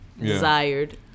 desired